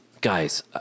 guys